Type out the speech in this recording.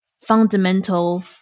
fundamental